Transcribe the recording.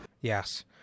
Yes